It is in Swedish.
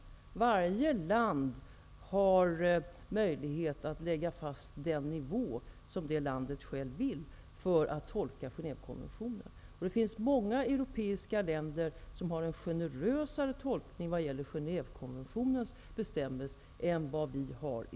Varje land har möjlighet att lägga fast den nivå som landet vill ha när det gäller att tolka Genèvekonventionen. Det finns många europeiska länder som gör en generösare tolkning av Genèvekonventionens bestämmelser än vad vi gör i